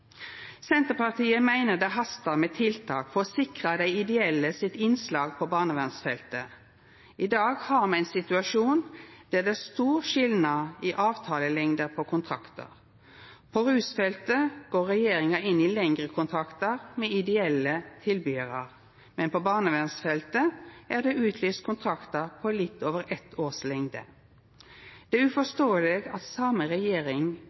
Senterpartiet meiner det hastar med tiltak for å sikra dei ideelle sitt innslag på barnevernsfeltet. I dag har me ein situasjon der det er stor skilnad i avtalelengde på kontraktar. På rusfeltet går regjeringa inn i lengre kontraktar med ideelle tilbydarar. Men på barnevernsfeltet er det utlyst kontraktar på litt over eitt års lengde. Det er uforståeleg at same regjering